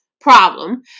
problem